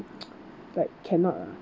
like cannot ah